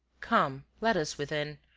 come, let us within.